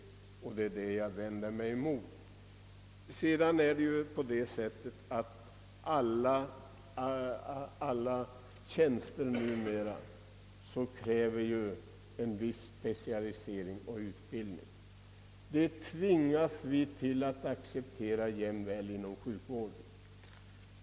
Och det är det jag vänder mig mot. Alla tjänster kräver ju numera en viss specialisering och utbildning, och det måste vi acceptera även inom sjukvården.